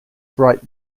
bright